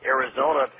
Arizona